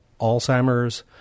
Alzheimer's